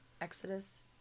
Exodus